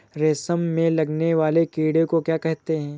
रेशम में लगने वाले कीड़े को क्या कहते हैं?